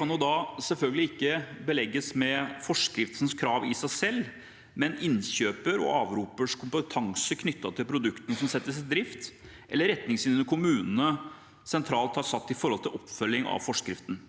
kan da selvfølgelig ikke belegges med forskriftens krav i seg selv, men med innkjøpers og avropers kompetanse knyttet til produktene som settes i drift, eller retningslinjene kommunene sentralt har satt med hensyn til oppfølgningen av forskriften.